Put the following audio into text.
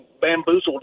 bamboozled